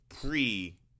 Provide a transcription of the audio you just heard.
pre